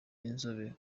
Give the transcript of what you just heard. inzobe